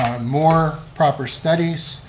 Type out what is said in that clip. um more proper studies,